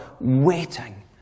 waiting